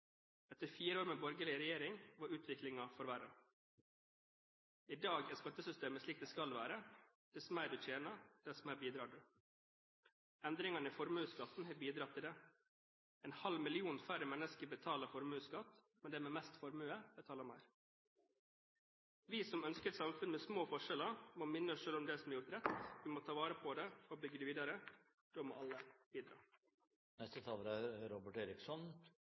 Etter fire år med borgerlig regjering var utviklingen forverret. I dag er skattesystemet slik det skal være – dess mer du tjener, dess mer bidrar du. Endringene i formuesskatten har bidratt til det. En halv million færre mennesker betaler formuesskatt, men de med mest formue betaler mer. Vi som ønsker et samfunn med små forskjeller, må minne oss selv om det som er gjort rett. Vi må ta vare på det og bygge det videre. Da må alle bidra.